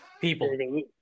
people